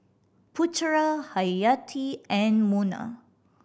Putera Hayati and Munah